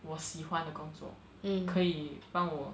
我喜欢的工作可以帮我